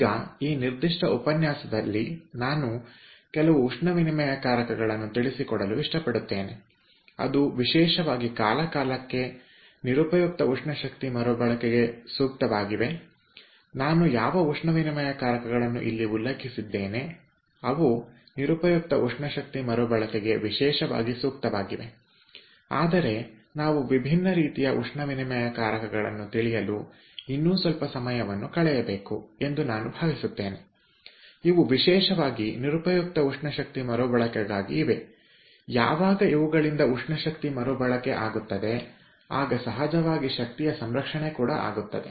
ಈಗ ಈ ನಿರ್ದಿಷ್ಟ ಉಪನ್ಯಾಸದಲ್ಲಿ ನಾನು ಕೆಲವು ಉಷ್ಣವಿನಿಮಯಕಾರಕಗಳನ್ನು ತಿಳಿಸಿಕೊಡಲು ಇಷ್ಟಪಡುತ್ತೇನೆ ಇವು ವಿಶೇಷವಾಗಿ ಕಾಲಕಾಲಕ್ಕೆ ನಿರುಪಯುಕ್ತ ಉಷ್ಣಶಕ್ತಿ ಮರುಬಳಕೆಗೆ ಸೂಕ್ತವಾಗಿವೆ ನಾನು ಯಾವ ಉಷ್ಣವಿನಿಮಯಕಾರಕಗಳನ್ನು ಇಲ್ಲಿ ಉಲ್ಲೇಖಿಸಿದ್ದೇನೆ ಅವು ನಿರುಪಯುಕ್ತ ಉಷ್ಣಶಕ್ತಿ ಮರುಬಳಕೆಗೆ ವಿಶೇಷವಾಗಿ ಸೂಕ್ತವಾಗಿವೆ ಆದರೆ ನಾವು ವಿಭಿನ್ನ ರೀತಿಯ ಉಷ್ಣವಿನಿಮಯಕಾರಕಗಳನ್ನು ತಿಳಿಯಲು ಇನ್ನೂ ಸ್ವಲ್ಪ ಸಮಯವನ್ನು ಕಳೆಯಬೇಕು ಎಂದು ನಾನು ಭಾವಿಸುತ್ತೇನೆ ಇವು ವಿಶೇಷವಾಗಿ ನಿರುಪಯುಕ್ತ ಉಷ್ಣಶಕ್ತಿ ಮರುಬಳಕೆಗಾಗಿ ಇವೆ ಯಾವಾಗ ಇವುಗಳಿಂದ ಉಷ್ಣ ಶಕ್ತಿಯ ಮರುಬಳಕೆ ಆಗುತ್ತದೆ ಆಗ ಸಹಜವಾಗಿ ಶಕ್ತಿಯ ಸಂರಕ್ಷಣೆ ಕೂಡ ಆಗುತ್ತದೆ